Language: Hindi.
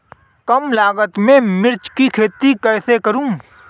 कम लागत में मिर्च की खेती कैसे करूँ?